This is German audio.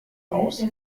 aus